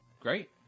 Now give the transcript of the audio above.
Great